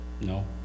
no